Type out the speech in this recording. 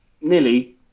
nearly